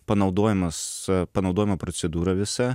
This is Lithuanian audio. panaudojamas panaudojimo procedūra visa